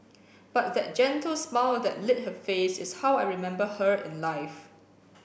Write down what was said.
but that gentle smile that lit her face is how I remember her in life